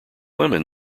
lemon